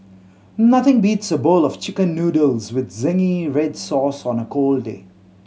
nothing beats a bowl of Chicken Noodles with zingy red sauce on a cold day